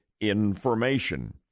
information